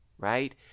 right